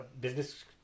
business